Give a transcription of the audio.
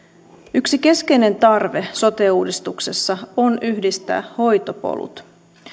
yksi keskeinen tarve sote uudistuksessa on yhdistää hoitopolut